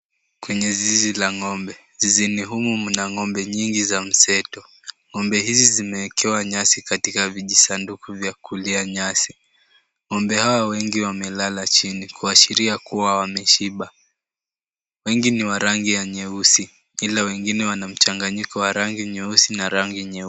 Kwenye zizi la ng'ombe. Zizini humu kuna ng'ombe nyingi za mseto. Ng'ombe hizi zimeekewa nyasi katika vijisanduku vya kulia nyasi. Ng'ombe hawa wengi wamelala chini kuashiria kuwa wameshiba. Wengi ni wa rangi ya nyeusi, ila wengi wana mchanganyiko wa rangi nyeusi na rangi nyeupe.